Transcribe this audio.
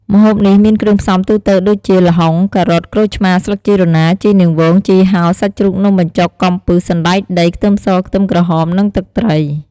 ម្ហូបនេះមានគ្រឿងផ្សំទូទៅដូចជា ល្ហុង ការ៉ុត ក្រូចឆ្មា ស្លឹកជីរណា ជីនាងវង ជីហោរ សាច់ជ្រូក នំបញ្ចុក កំពឹស សណ្ដែកដី ខ្ទឹមស ខ្ទឹមក្រហម និងទឹកត្រី។